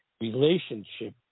relationship